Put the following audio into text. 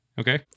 okay